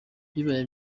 bibaye